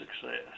success